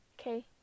okay